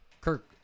Kirk